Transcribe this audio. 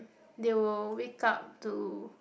they will wake up to